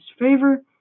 favor